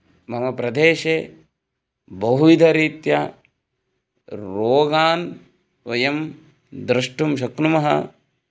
मम प्रदेशे बहुविधरीत्या रोगान् वयं द्रष्टुं शक्नुमः